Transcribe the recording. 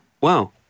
Wow